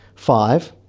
five.